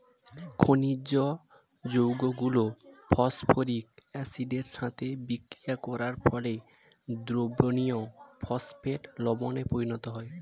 খনিজ যৌগগুলো ফসফরিক অ্যাসিডের সাথে বিক্রিয়া করার ফলে দ্রবণীয় ফসফেট লবণে পরিণত হয়